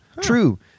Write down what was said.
True